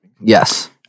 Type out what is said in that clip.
Yes